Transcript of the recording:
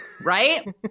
Right